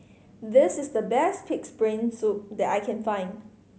this is the best Pig's Brain Soup that I can find